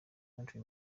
country